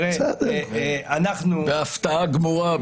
בהפתעה גמורה,